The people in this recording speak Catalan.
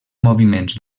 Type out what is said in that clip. moviments